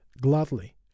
Gladly